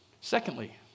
Secondly